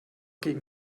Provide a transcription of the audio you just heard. gegen